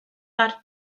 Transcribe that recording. barhau